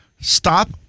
stop